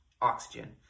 oxygen